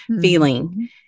feeling